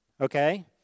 okay